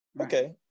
Okay